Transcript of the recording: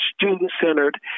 student-centered